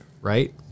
Right